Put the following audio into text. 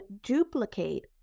duplicate